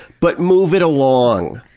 but move it along.